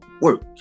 work